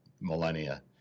millennia